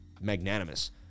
magnanimous